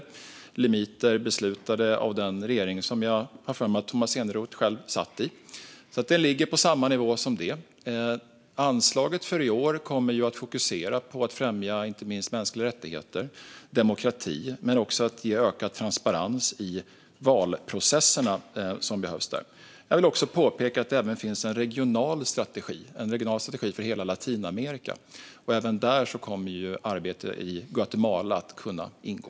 Det var limiter som beslutats av den regering som jag har för mig att Tomas Eneroth själv satt i. Det här ligger på samma nivå som det. Anslaget i år kommer att fokusera på att främja inte minst mänskliga rättigheter och demokrati men också att ge ökad transparens i valprocesserna, något som behövs där. Jag vill också påpeka att det finns en regional strategi för hela Latinamerika. Även där kommer arbete i Guatemala att kunna ingå.